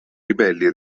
ribelli